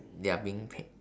they are being paid